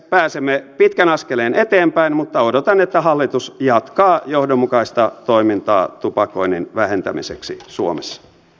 pääsemme pitkän askeleen eteenpäin mutta odotan että hallitus jatkaa johdonmukaista toimintaa tupakoinnin vähentämiseksi suomessa